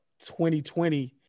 2020